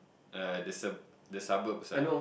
yeah the sub~ the suburbs ah